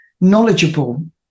knowledgeable